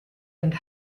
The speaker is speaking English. and